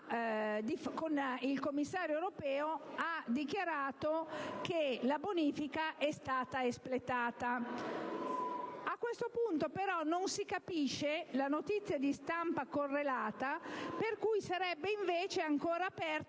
il commissario europeo in visita ha dichiarato che la bonifica è stata espletata. A questo punto però non si capisce la notizia di stampa correlata, per cui sarebbe ancora aperta